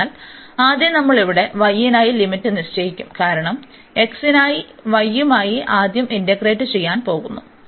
അതിനാൽ ആദ്യം നമ്മൾ ഇവിടെ y നായി ലിമിറ്റ് നിശ്ചയിക്കും കാരണം x നായി y യുമായി ആദ്യം ഇന്റഗ്രേറ്റ് ചെയ്യാൻ പോകുന്നു